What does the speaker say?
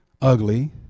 ugly